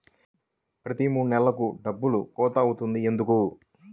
ప్రతి మూడు నెలలకు డబ్బులు కోత అవుతుంది ఎందుకు?